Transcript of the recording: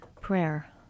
prayer